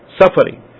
suffering